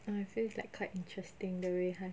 I feel is like quite interesting the way 她